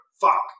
Fuck